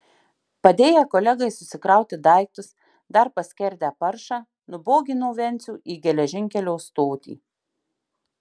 padėję kolegai susikrauti daiktus dar paskerdę paršą nubogino vencių į geležinkelio stotį